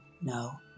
no